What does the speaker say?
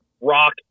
rock